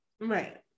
Right